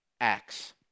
acts